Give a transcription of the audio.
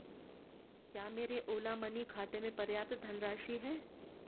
क्या मेरे ओला मनी खाते में पर्याप्त धनराशि है